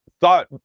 thought